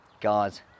Guys